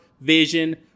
vision